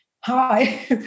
hi